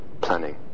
planning